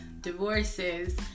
divorces